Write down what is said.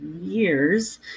years